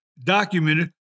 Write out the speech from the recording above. documented